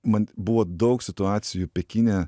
man buvo daug situacijų pekine